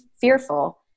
fearful